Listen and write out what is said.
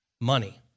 Money